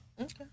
okay